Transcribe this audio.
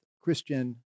Christian